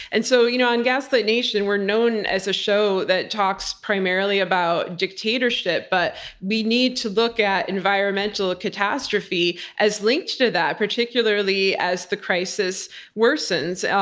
and so you know on gaslit nation, we're known as a show that talks primarily about dictatorship, but we need to look at environmental catastrophe as linked to that, particularly as the crisis worsens,